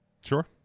sure